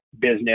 business